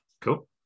cool